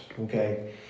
okay